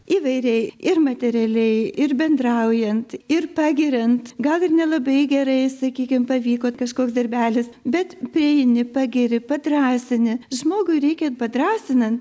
įvairiai ir materialiai ir bendraujant ir pagiriant gal ir nelabai gerai sakykim pavyko kažkoks darbelis bet prieini pagiri padrąsini žmogui reikia padrąsinan